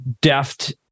deft